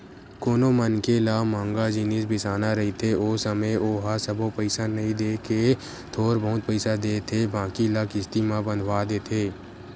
कोनो मनखे ल मंहगा जिनिस बिसाना रहिथे ओ समे ओहा सबो पइसा नइ देय के थोर बहुत पइसा देथे बाकी ल किस्ती म बंधवा देथे